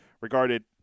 regarded